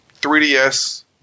3DS